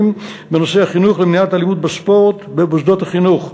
בנושא החינוך למניעת אלימות בספורט במוסדות החינוך,